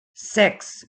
six